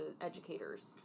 educators